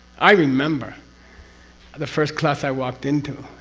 i remember the first class i walked into,